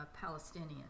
Palestinian